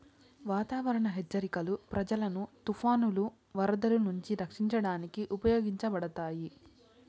వాతావరణ హెచ్చరికలు ప్రజలను తుఫానులు, వరదలు నుంచి రక్షించడానికి ఉపయోగించబడతాయి